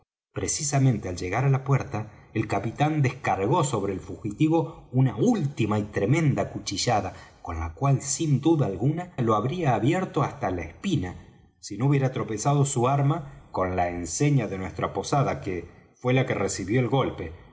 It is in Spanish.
precisamente al llegar á la puerta el capitán descargó sobre el fugitivo una última y tremenda cuchillada con la cual sin duda alguna lo habría abierto hasta la espina si no hubiera tropezado su arma con la enseña de nuestra posada que fué la que recibió el golpe